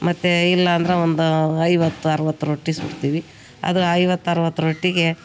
ಮತ್ತೆ ಇಲ್ಲಾಂದ್ರೆ ಒಂದು ಐವತ್ತು ಅರವತ್ತು ರೊಟ್ಟಿ ಸುಡ್ತೀವಿ ಅದು ಐವತ್ತು ಅರವತ್ತು ರೊಟ್ಟಿಗೆ